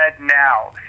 now